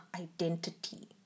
identity